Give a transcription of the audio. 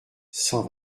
cent